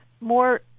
more